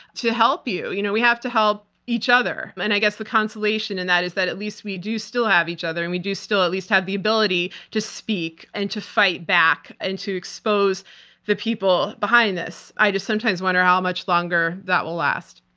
to help you. you know we have to help each other, and i guess the consolation in that is that at least we do still have each other, and we do still at least have the ability to speak and to fight back and to expose the people behind this. i just sometimes wonder how much longer that will last.